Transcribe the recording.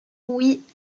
oui